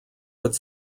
would